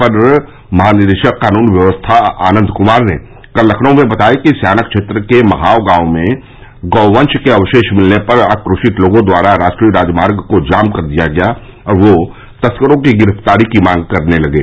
अपर महानिदेशक कानून व्यवस्था आनन्द कुमार ने कल लखनऊ में बताया कि स्याना क्षेत्र के महाव गांव में गौवंश के अवशेष भिलने पर आक्रोशित लोगों द्वारा राष्ट्रीय राजमार्ग को जाम कर दिया गया और वह तस्करों की गिरफ्तारी की मांग कर रहे थे